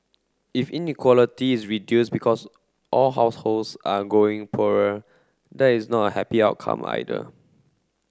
if inequality is reduced because all households are growing poorer that is not a happy outcome either